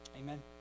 Amen